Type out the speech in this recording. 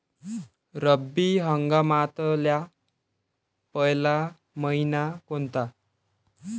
रब्बी हंगामातला पयला मइना कोनता?